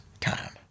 time